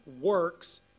works